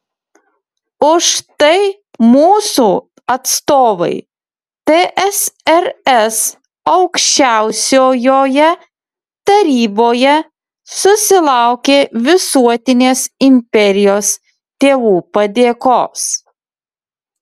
už tai mūsų atstovai tsrs aukščiausiojoje taryboje susilaukė visuotinės imperijos tėvų padėkos